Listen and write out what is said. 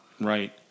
Right